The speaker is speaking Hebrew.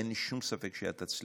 אין לי שום ספק שאת תצליחי.